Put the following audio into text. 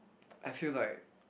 I feel like